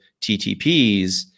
TTPs